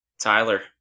Tyler